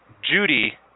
Judy